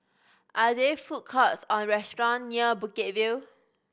are there food courts or restaurants near Bukit View